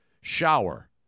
shower